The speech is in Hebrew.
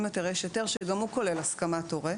יותר יש היתר שגם הוא כולל הסכמת הורה.